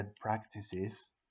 practices